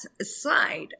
aside